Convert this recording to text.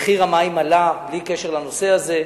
ומחיר המים עלה בלי קשר לנושא הזה.